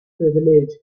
privilege